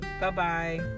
bye-bye